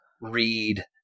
read